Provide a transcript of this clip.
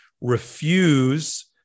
refuse